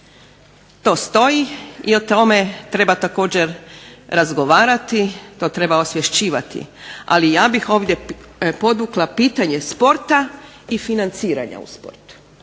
to stoji i o tome također treba razgovarati to treba osvješćivati. Ali ja bih ovdje podvukla pitanje sporta i financiranje u sportu.